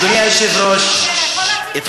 תראה איפה, אדוני היושב-ראש, תחילה,